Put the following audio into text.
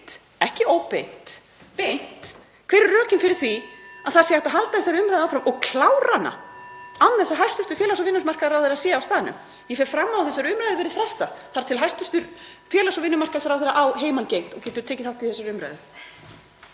ekki óbeint, beint — hver eru rökin fyrir því að hægt sé að halda þessari umræðu áfram og klára hana án þess að hæstv. félags- og vinnumarkaðsráðherra sé á staðnum? Ég fer fram á að þessari umræðu verði frestað þar til hæstv. félags- og vinnumarkaðsráðherra á heimangengt og getur tekið þátt í þessari umræðu.